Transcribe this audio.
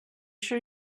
sure